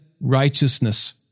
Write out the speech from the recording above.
righteousness